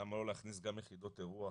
למה לא להכניס גם יחידות אירוח,